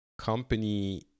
company